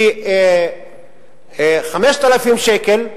היא 5,000 שקל,